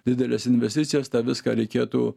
dideles investicijas tą viską reikėtų